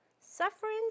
suffering